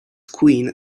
queen